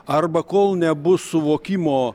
arba kol nebus suvokimo